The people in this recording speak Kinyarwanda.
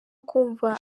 kumva